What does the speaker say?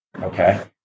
okay